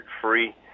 free